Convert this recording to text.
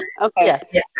Okay